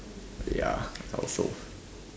ya I also